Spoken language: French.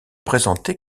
présentée